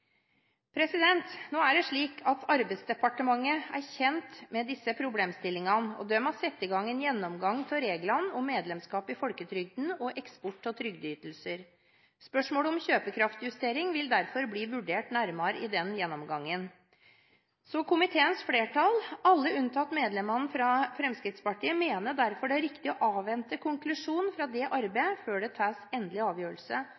Nå er det slik at Arbeidsdepartementet er kjent med disse problemstillingene, og de har satt i gang en gjennomgang av reglene om medlemskap i folketrygden og eksport av trygdeytelser. Spørsmålet om kjøpekraftjustering vil derfor bli vurdert nærmere i den gjennomgangen. Komiteens flertall, alle unntatt medlemmene fra Fremskrittspartiet, mener derfor det er riktig å avvente konklusjonene fra det